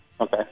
Okay